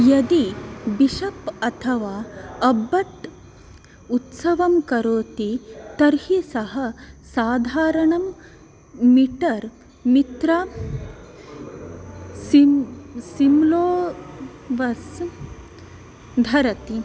यदि बिशप् अथवा अब्बट् उत्सवं करोति तर्हि सः साधारणं मिटर् मित्रा सिम सिम्लोबस् धरति